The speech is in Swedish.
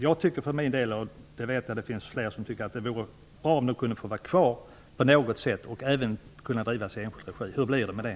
Jag tycker för min del -- och jag vet att det är fler som tycker så -- att det vore bra om de kunde få vara kvar och även kunna drivas i enskild regi. Hur blir det med det?